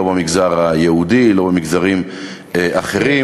לא במגזר היהודי ולא במגזרים אחרים.